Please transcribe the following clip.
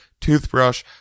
Toothbrush